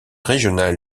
régional